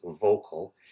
vocal